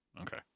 Okay